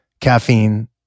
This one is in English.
caffeine